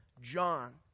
John